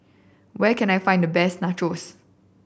where can I find the best Nachos